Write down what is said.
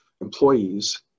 employees